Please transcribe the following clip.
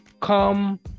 Come